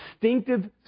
distinctive